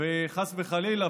וחס וחלילה,